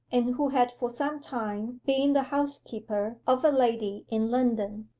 and who had for some time been the housekeeper of a lady in london.